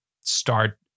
start